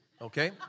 okay